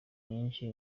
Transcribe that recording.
nyinshi